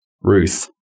Ruth